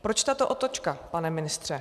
Proč tato otočka, pane ministře?